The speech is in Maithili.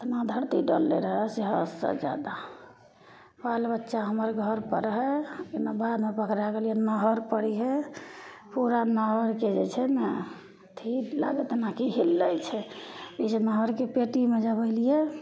इतना धरती डोललय रऽ से हदसँ जादा बाल बच्चा हमर घरपर रहय हम्मे बाधमे पकड़ा गेलियै नहरपर रहय पूरा नाव अरके जे छै नहि अथी लागय जेनाकि हिलय छै ई जे नहरके पेटीमे जब अयलियै